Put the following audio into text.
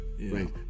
Right